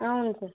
అవును సార్